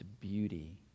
beauty